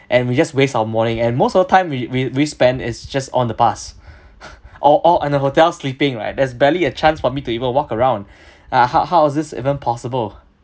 and we just waste our morning and most of the time we we we spend is just on the bus or or in the hotels sleeping right there's barely a chance for me to even walk around ah how how was this even possible